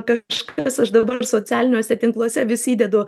kažkas aš dabar socialiniuose tinkluose vis įdedu